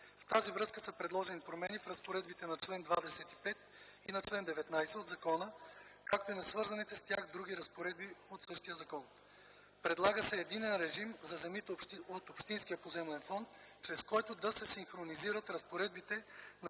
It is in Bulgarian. В тази връзка са предложени промени в разпоредбите на чл. 19 и чл. 25 от закона, както и на свързаните с тях други разпоредби от закона. Предлага се единен режим за земите от общинския поземлен фонд, чрез който да се синхронизират разпоредбите на